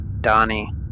Donnie